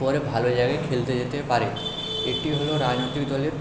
পরে ভালো জায়গায় খেলতে যেতে পারে এটি হলো রাজনৈতিক দলের